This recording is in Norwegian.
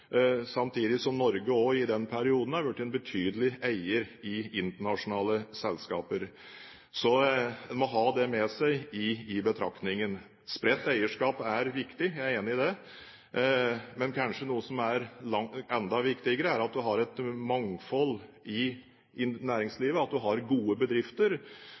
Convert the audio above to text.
samtidig som Norge også i den perioden er blitt en betydelig eier i internasjonale selskaper. Så en må ha det med seg i betraktningen. Spredt eierskap er viktig, jeg er enig i det. Men kanskje noe som er enda viktigere, er at man har et mangfold i næringslivet, at man har gode bedrifter.